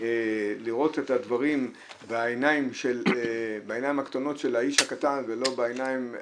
לראות את הדברים בעיניים הקטנות של האיש הקטן ולא בעיניים הגדולות,